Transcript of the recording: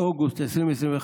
אוגוסט 2021,